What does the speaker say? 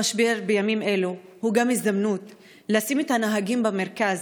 המשבר בימים אלו הוא גם הזדמנות לשים את הנהגים במרכז,